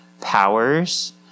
powers